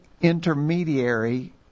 intermediary